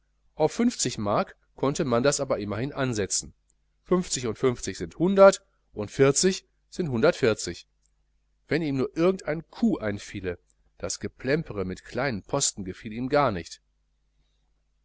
auf fünfzig mark konnte man das aber immerhin ansetzen fünfzig und fünfzig sind hundert und vierzig sind hundertundvierzig wenn ihm nur irgend ein coup einfiele das geplempere mit kleinen posten gefiel ihm gar nicht